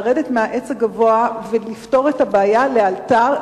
לרדת מהעץ הגבוה ולפתור את הבעיה לאלתר,